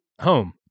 home